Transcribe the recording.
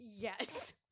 Yes